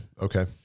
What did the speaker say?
Okay